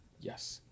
Yes